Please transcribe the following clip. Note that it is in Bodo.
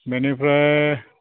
बेनिफ्राय